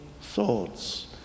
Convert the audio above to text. thoughts